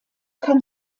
kann